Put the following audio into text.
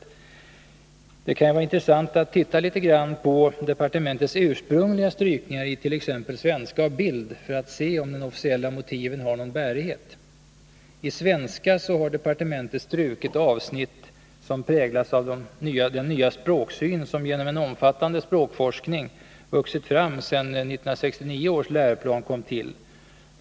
Det kan vara intressant att titta litet grand på departementets ursprungliga strykningar i t.ex. svenska och bild för att se om de officiella motiven har någon bärighet. I svenska har departementet strukit avsnitt som präglats av den nya språksyn som genom en omfattande språkforskning vuxit fram sedan 1969 års läroplan tillkom.